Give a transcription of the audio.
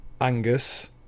Angus